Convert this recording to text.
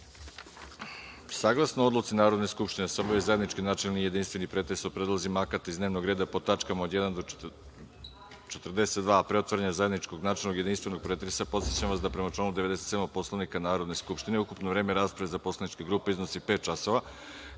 sudstva. Saglasno odluci Narodne skupštine da se obavi zajednički načelni jedinstveni pretres o predlozima akata iz dnevnog reda po tačkama od 1. do 42, a pre otvaranja zajedničkog načelnog jedinstvenog, pretresa, podsećam vas da prema članu 97. Poslovnika Narodne skupštine ukupno vreme rasprave za poslaničke grupe iznosi pet časova,